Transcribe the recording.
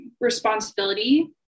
responsibility